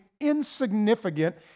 insignificant